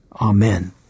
Amen